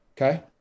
okay